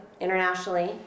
internationally